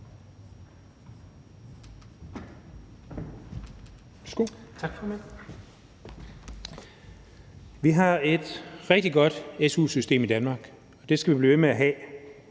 Vi har et rigtig godt su-system i Danmark, og det skal vi blive ved med at have,